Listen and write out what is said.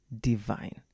divine